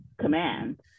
command